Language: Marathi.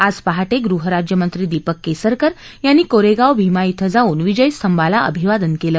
आज पहा गुहराज्यमंत्री दीपक केसरकर यांनी कोरेगाव भीमा इथं जाऊन विजय स्तंभाला अभिवादन केलं